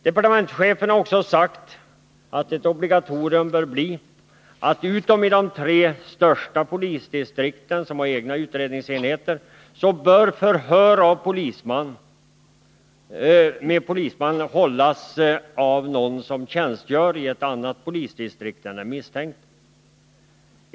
Departementschefen har också sagt att ett obligatorium bör bli att, utom i de tre största polisdistrikten, som har egna utredningsenheter, förhör med polisman bör hållas av någon som tjänstgör i annat polisdistrikt än den misstänkte.